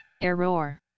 Error